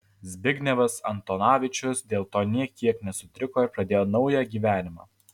zbignevas antonovičius dėl to nė kiek nesutriko ir pradėjo naują gyvenimą